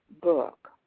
book